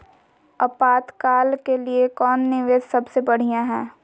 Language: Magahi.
आपातकाल के लिए कौन निवेस सबसे बढ़िया है?